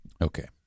Okay